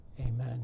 Amen